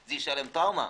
זה השאיר להם טראומה.